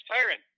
tyrant